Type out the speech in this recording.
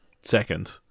second